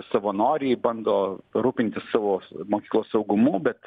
savanoriai bando rūpintis savos mokyklos saugumu bet